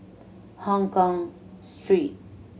Hongkong Street